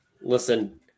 Listen